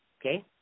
okay